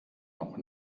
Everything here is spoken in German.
noch